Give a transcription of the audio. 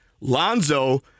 Lonzo